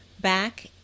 back